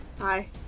Hi